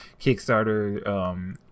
Kickstarter